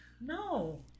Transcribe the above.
No